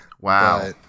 Wow